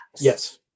Yes